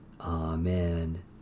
Amen